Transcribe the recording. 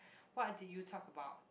what did you talk about